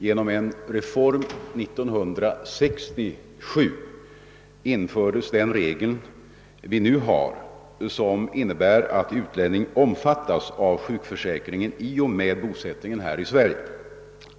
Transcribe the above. Genom en reform år 1967 infördes den regel vi nu har och som innebär att utlänning omfattas av sjukförsäkringen i och med bosättningen här i Sverige.